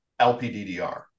LPDDR